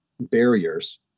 barriers